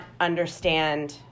understand